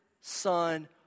Son